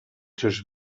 tisch